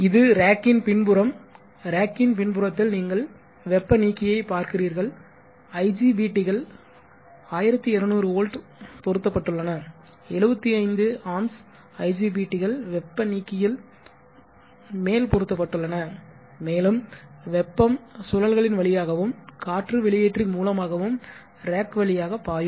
இது ரேக்கின் பின்புறம் ரேக்கின் பின்புறத்தில் நீங்கள் வெப்ப நீக்கி ஐ பார்க்கிறீர்கள் IGBT கள் 1200 வோல்ட் பொருத்தப்பட்டுள்ளன 75 ஆம்ப்ஸ் IGBT கள் வெப்ப நீக்கியில் மேல் பொருத்தப்பட்டுள்ளன மேலும் வெப்பம் சுழல்களின் வழியாகவும் காற்று வெளியேற்றி மூலமாகவும் ரேக் வழியாக பாயும்